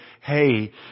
hey